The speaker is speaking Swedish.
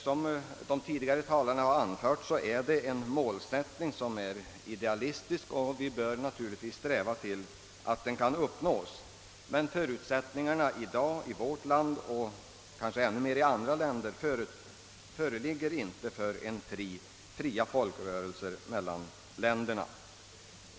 Som de tidigare talarna i denna debatt har anfört är det en idealistisk målsättning som vi naturligtvis bör sträva efter att kunna uppnå, men förutsättningarna föreligger i dag inte i vårt land och kanske ännu mindre i andra länder för fria folkrörelser mellan länderna.